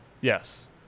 Yes